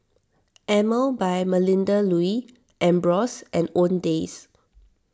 Emel by Melinda Looi Ambros and Owndays